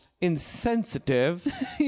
insensitive